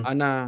Ana